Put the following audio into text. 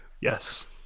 Yes